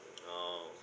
orh